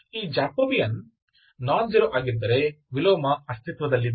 ಈ Jacobian non zero ಆಗಿದ್ದರೆ ವಿಲೋಮ ಅಸ್ತಿತ್ವದಲ್ಲಿದೆ